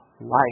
life